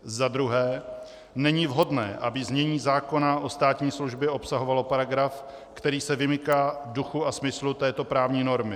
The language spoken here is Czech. Za druhé, není vhodné, aby znění zákona o státní službě obsahovalo paragraf, který se vymyká duchu a smyslu této právní normy.